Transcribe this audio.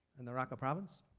and the raqqa province?